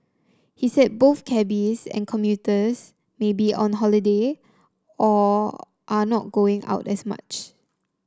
he said both cabbies and commuters may be on holiday or are not going out as much